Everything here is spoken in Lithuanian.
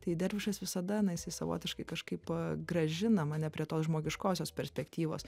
tai dervišas visada na jisai savotiškai kažkaip grąžina mane prie tos žmogiškosios perspektyvos